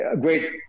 great